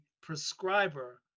prescriber